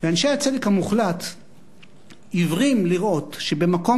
אנשי הצדק המוחלט עיוורים לראות שבמקום